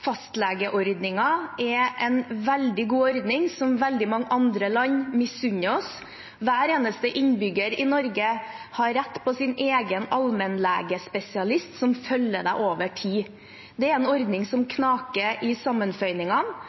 er en veldig god ordning, som veldig mange andre land misunner oss. Hver eneste innbygger i Norge har rett på sin egen allmennlegespesialist som følger deg over tid. Det er en ordning som knaker i sammenføyningene.